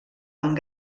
amb